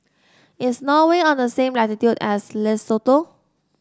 is Norway on the same latitude as Lesotho